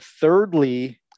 Thirdly –